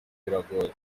biragoye